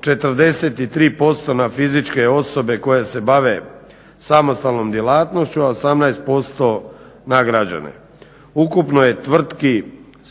43% na fizičke osobe koje se bave samostalnom djelatnošću, a 18% na građane. Ukupno je tvrtki